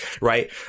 right